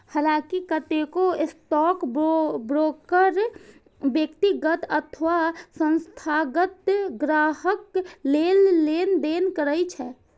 हलांकि कतेको स्टॉकब्रोकर व्यक्तिगत अथवा संस्थागत ग्राहक लेल लेनदेन करै छै